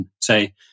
say